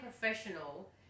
professional